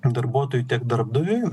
darbuotojui tiek darbdaviui